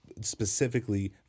specifically